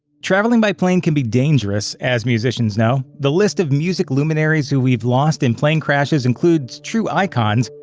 traveling by plane can be dangerous, as musicians know. the list of music luminaries who we've lost in plane crashes includes true icons,